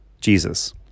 Jesus